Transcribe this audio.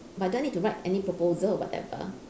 but do I need to write any proposal or whatever